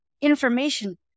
information